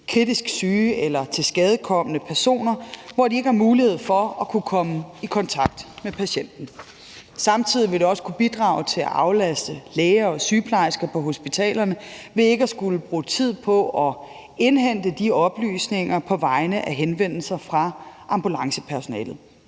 kritisk syge eller tilskadekomne personer, hvor de ikke har mulighed for at komme i kontakt med patienten. Samtidig vil det også kunne bidrage til at aflaste læger og sygeplejersker på hospitalerne, ved at de ikke skal bruge tid på at indhente de oplysninger ved henvendelser fra ambulancepersonalet.